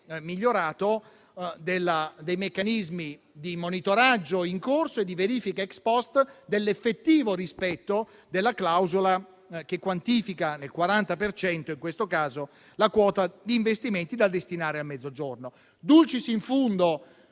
migliorato, dei meccanismi di monitoraggio in corso e di verifica *ex post* dell'effettivo rispetto della clausola che quantifica in questo caso nel 40 per cento la quota di investimenti da destinare al Mezzogiorno. *Dulcis in fundo*